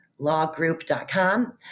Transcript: lawgroup.com